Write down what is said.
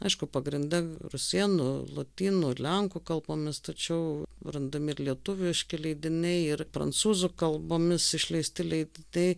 aišku pagrinde rusėnų lotynų lenkų kalbomis tačiau randami ir lietuviški leidiniai ir prancūzų kalbomis išleisti leidiniai